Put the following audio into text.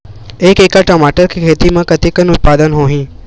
एक एकड़ टमाटर के खेती म कतेकन उत्पादन होही?